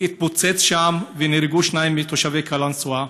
התפוצץ שם ונהרגו שניים מתושבי קלנסווה.